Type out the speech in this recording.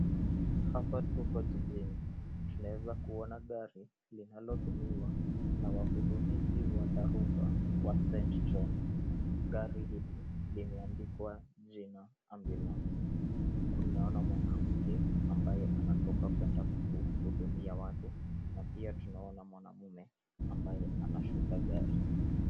Hapa tuko jijini. Tunaweza kuona gari linalotumiwa na wahudumizi wa dharura wa St.John. Gari hili limeandikwa jina, ambulance, huku tunaona mwanamke ambaye anatoka kuenda kuhudumia watu ana pia tunaona mwanamume ambaye anashuka gari.